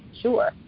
sure